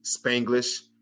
Spanglish